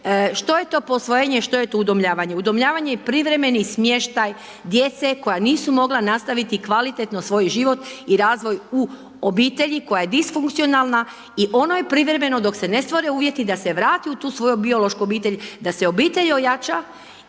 što je to posvojenje, što je to udomljavanje. Udomljavanje je privremeni smještaj djece koja nisu mogla nastaviti kvalitetno svoj život i razvoj u obitelji koja je disfunkcionalna i ono je privremeno dok se ne stvore uvjeti da se vrati u tu svoju biološku obitelj, da se obitelj ojača